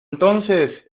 entonces